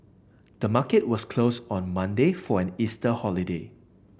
the market was closed on Monday for an Easter holiday